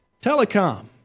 Telecom